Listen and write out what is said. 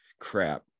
crap